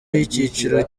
y’icyiciro